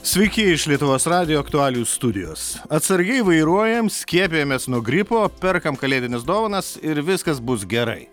sveiki iš lietuvos radijo aktualijų studijos atsargiai vairuojam skiepijamės nuo gripo perkam kalėdines dovanas ir viskas bus gerai